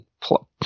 plug